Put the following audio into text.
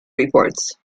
reports